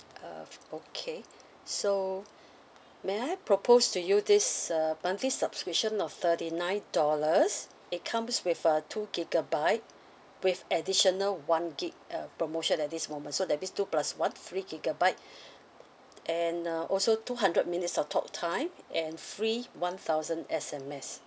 uh f~ okay so may I propose to you this uh monthly subscription of thirty nine dollars it comes with uh two gigabyte with additional one gig uh promotion at this moment so that means two plus one free gigabyte and uh also two hundred minutes of talktime and free one thousand S_M_S